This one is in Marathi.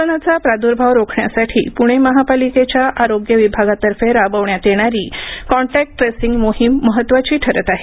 कोरोनाचा प्राद्भाव रोखण्यासाठी प्णे महापालिकेच्या आरोग्य विभागातर्फे राबवण्यात येणारी कॉन्टॅक्ट ट्रेसिंग मोहीम महत्त्वाची ठरत आहे